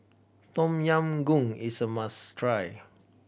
Tom Yam Goong is a must try